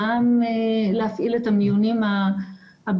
גם להפעיל את המיונים הביולוגיים,